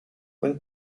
when